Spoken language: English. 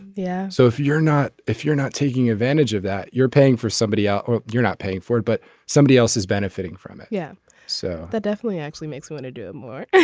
yeah. so if you're not if you're not taking advantage of that you're paying for somebody else or you're not paying for it but somebody else is benefiting from it. yeah so that definitely actually makes you want to do more.